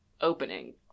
opening